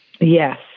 Yes